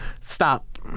stop